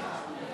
המחנה